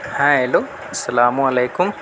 ہائے hello السّلام علیکم